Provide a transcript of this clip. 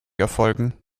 erfolgen